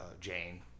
Jane